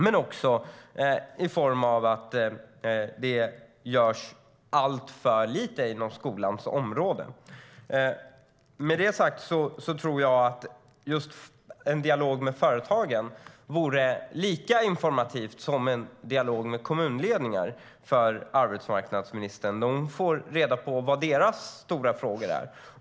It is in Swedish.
Dessutom görs det alltför lite inom skolans område. Med det sagt tror jag att en dialog med företagen vore lika informativt för arbetsmarknadsministern som en dialog med kommunledningar, för då får hon reda på vad deras stora frågor är.